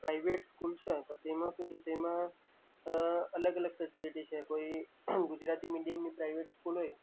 private school છે તો તેમાં શું છે તેમાં અલગ અલગ ફેસીલીટી છે કોઈ ગુજરાતી મીડિયમની પ્રાઇવેટ સ્કૂલ હોય